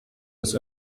des